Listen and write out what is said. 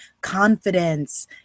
Confidence